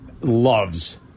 loves